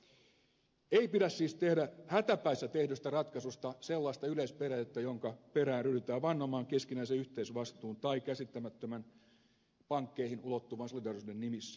ei pidä siis tehdä hätäpäissä tehdystä ratkaisusta sellaista yleisperiaatetta jonka perään ryhdytään vannomaan keskinäisen yhteisvastuun tai käsittämättömän pankkeihin ulottuvan solidaarisuuden nimissä